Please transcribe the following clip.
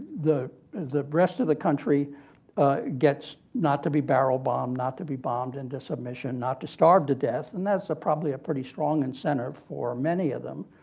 the the rest of the country gets not to be barrel bombed, not to be bombed into submission, not to starve to death. and thats ah probably a pretty strong incentive for many of them.